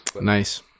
nice